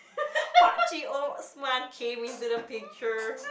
pakcik Osman came into the picture